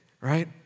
right